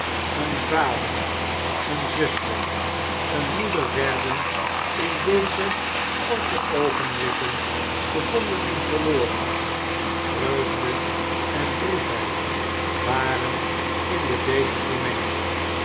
een vader eene zuster eene moeder werden in deze kor e oogenblikken gevonden en ver oren vreugde en droefheid waren in den beker vermengd